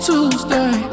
Tuesday